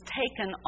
taken